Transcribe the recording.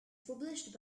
published